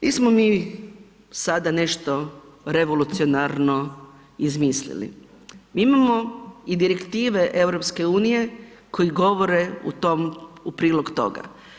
Nismo mi sada nešto revolucionarno izmislili, mi imamo i direktive EU koje govore u prilog toga.